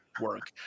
work